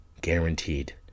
Guaranteed